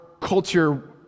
culture